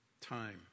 time